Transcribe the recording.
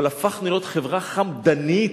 אבל הפכנו להיות חברה חמדנית,